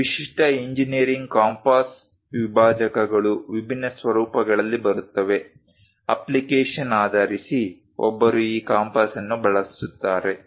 ವಿಶಿಷ್ಟ engineering compass ವಿಭಾಜಕಗಳು ವಿಭಿನ್ನ ಸ್ವರೂಪಗಳಲ್ಲಿ ಬರುತ್ತವೆ ಅಪ್ಲಿಕೇಶನ್ ಆಧರಿಸಿ ಒಬ್ಬರು ಈ ಕಂಪಾಸ್ ಅನ್ನು ಬಳಸುತ್ತಾರೆ